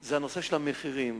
היא המחירים.